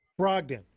Brogdon